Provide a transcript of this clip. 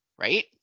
right